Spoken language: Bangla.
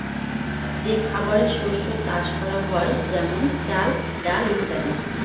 যে খাবারের শস্য চাষ করা হয় যেমন চাল, ডাল ইত্যাদি